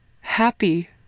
happy